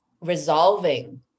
resolving